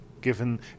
given